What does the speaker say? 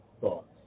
thoughts